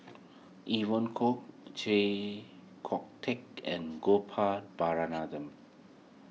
Evon Kow Chee Kong Tet and Gopal